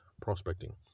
prospecting